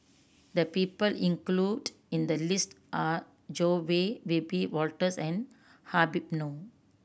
the people included in the list are Zoe Tay Wiebe Wolters and Habib Noh